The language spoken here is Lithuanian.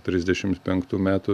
trisdešimt penktų metų